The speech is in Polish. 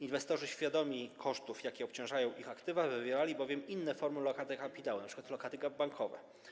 Inwestorzy świadomi kosztów, jakie obciążają ich aktywa, wybierali bowiem inne formy lokaty kapitału, np. lokaty bankowe.